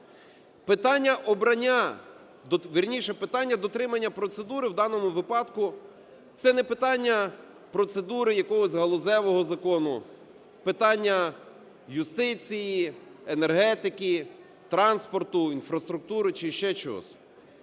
Питання обрання, вірніше, питання дотримання процедури в даному випадку це не питання процедури якогось галузевого закону, питання юстиції, енергетики, транспорту, інфраструктури чи ще чогось.